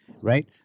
right